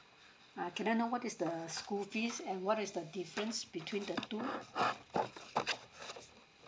uh can I know what is the school fees and what is the difference between the two